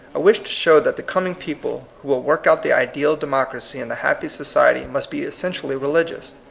wish to show that the coming people who will work out the ideal democracy and the happy society must be essentially religious.